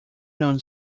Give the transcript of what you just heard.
known